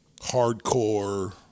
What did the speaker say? hardcore